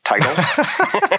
title